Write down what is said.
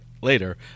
later